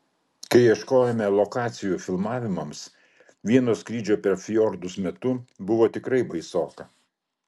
kai ieškojome lokacijų filmavimams vieno skrydžio per fjordus metu buvo tikrai baisoka